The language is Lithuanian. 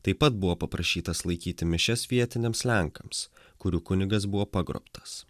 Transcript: taip pat buvo paprašytas laikyti mišias vietiniams lenkams kurių kunigas buvo pagrobtas